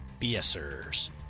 BSers